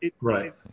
right